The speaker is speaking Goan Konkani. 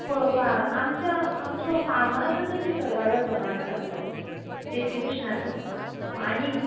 पळोवपाक आमच्या आमचो फामाद असो चिकलकालो तो माशेंलांतलो देवकी कृष्णाचो आनीक